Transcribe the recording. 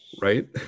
right